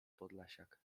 podlasiak